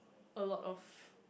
a lot of